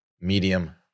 medium